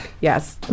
Yes